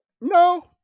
no